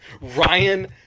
Ryan